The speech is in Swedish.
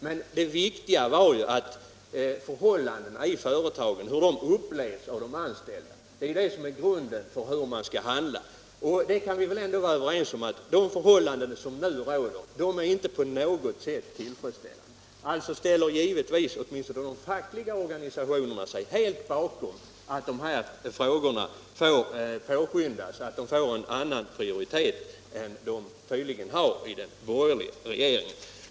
Men det viktiga är ju hur förhållandena i företagen upplevs av de anställda. Det är det som är grunden för hur man skall handla. Vi kan väl ändå vara överens om att de förhållanden som nu råder inte är tillfredsställande. De fackliga organisationerna ställer sig helt bakom att dessa frågor närmare utreds och att de får en annan prioritet än de tydligen har i den borgerliga regeringen.